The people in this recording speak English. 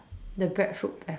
the breadfruit breadfruit